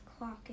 clocking